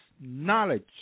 knowledge